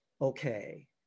okay